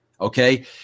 okay